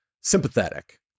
sympathetic